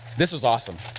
this was awesome.